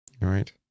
right